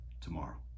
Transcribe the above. tomorrow